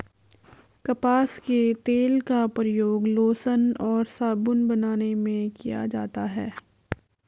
कपास के तेल का प्रयोग लोशन और साबुन बनाने में किया जाता है